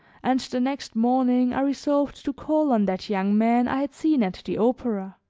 and the next morning i resolved to call on that young man i had seen at the opera.